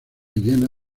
llena